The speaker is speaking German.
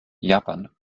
japan